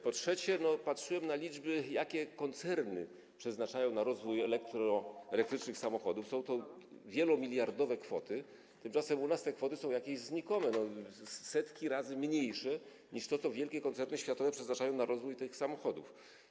Po trzecie, patrzyłem na liczby, jakie koncerny przeznaczają na rozwój elektrycznych samochodów, są to wielomiliardowe kwoty, tymczasem u nas te kwoty są jakieś znikome, setki razy mniejsze niż to, co wielkie koncerny światowe przeznaczają na rozwój tych samochodów.